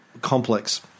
complex